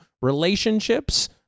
relationships